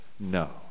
no